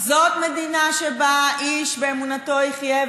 זאת מדינה שבה איש באמונתו יחיה,